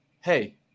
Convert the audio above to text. hey